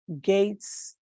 gates